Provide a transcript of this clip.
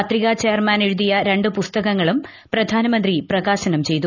പത്രിക ചെയർമാൻ എഴുതിയ രണ്ട് പുസ്തകങ്ങളും പ്രധാനമന്ത്രി പ്രകാശനം ചെയ്തു